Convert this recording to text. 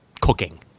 cooking